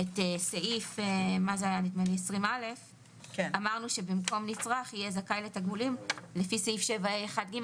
את סעיף 20א אמרנו שבמקום "נצרך" יהיה "זכאי לתגמולים לפי סעיף 7ה1(ג),